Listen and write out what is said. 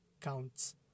counts